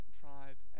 tribe